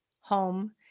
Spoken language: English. home